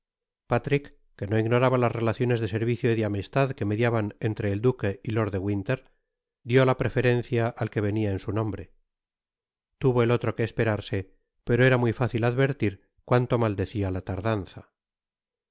patrick que no ignoraba las relaciones de servicio y de amistad que mediaban entre el duque y lord de winter dió la preferencia al que venia en su nombre tuvo el otro que esperarse pero era muy fácil advertir cuanto maldecia la tardanza